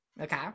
okay